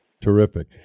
Terrific